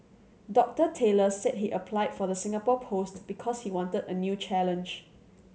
Doctor Taylor said he applied for the Singapore post because he wanted a new challenge